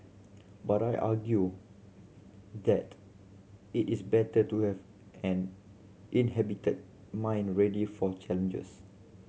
but I argue that it is better to have an inhibited mind ready for challenges